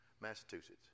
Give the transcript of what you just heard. Massachusetts